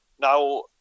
Now